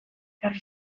ekarri